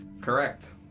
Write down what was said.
Correct